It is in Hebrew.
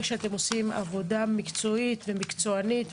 שאתם עושים עבודה מקצועית ומקצוענית.